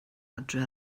adre